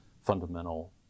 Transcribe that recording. fundamental